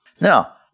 Now